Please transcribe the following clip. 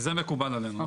מקובל עלינו.